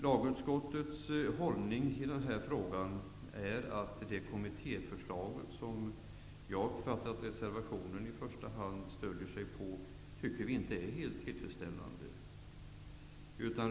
Lagutskottets ståndpunkt i denna fråga är att det kommitte förslag som jag har förstått att reservationen i första hand stöder sig på inte är helt tillfredsställande.